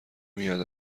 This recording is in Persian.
میاد